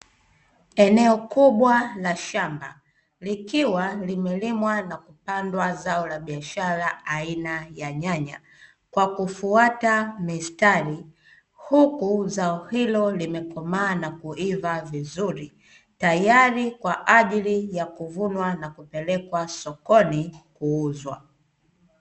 Eneo kubwa la shamba likiwa limelimwa na kupandwa zao la biashara aina ya nyanya, kwa kufuata mistari. Huku zao hilo limekomaa na kuivaa vizuri, tayari kwa ajili ya kuvunwa na kupelekwa sokoni kuuzwa.